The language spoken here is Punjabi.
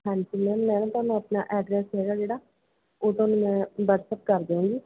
ਹਾਂਜੀ ਮੈਮ ਮੈਂ ਨਾ ਤੁਹਾਨੂੰ ਆਪਣਾ ਐਡਰੈਸ ਹੈਗਾ ਜਿਹੜਾ ਉਹ ਤੁਹਾਨੂੰ ਮੈਂ ਵਟਸਐਪ ਕਰ ਦਉਂਗੀ